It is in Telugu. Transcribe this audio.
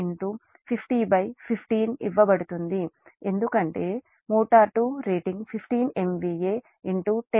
25 దీనికి 255015ఇవ్వబడుతుంది ఎందుకంటే మోటారు 2 రేటింగ్ 15 MVA 10112 అంటే 0